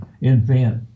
invent